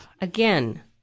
Again